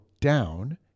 down